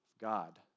God